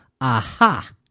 aha